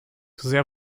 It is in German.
sehr